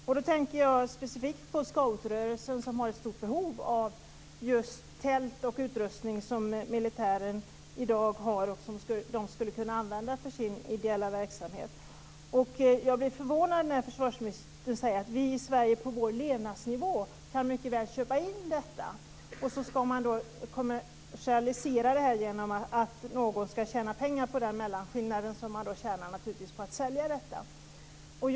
Jag tänker specifikt på scoutrörelsen, som har ett stort behov av just tält och utrustning som militären i dag har och som scouterna skulle kunna använda i sin ideella verksamhet. Jag blir förvånad när försvarsministern säger att vi i Sverige, med vår levnadsnivå, mycket väl har råd att köpa in detta. Man ska alltså kommersialisera detta genom att någon ska tjäna pengar på den mellanskillnad som det blir när man säljer utrustningen.